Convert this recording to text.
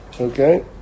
Okay